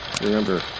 remember